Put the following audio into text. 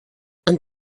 and